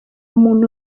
muntu